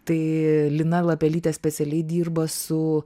tai lina lapelytė specialiai dirba su